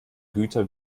güter